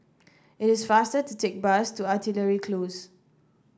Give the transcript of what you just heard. it is faster to take bus to Artillery Close